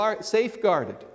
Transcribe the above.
safeguarded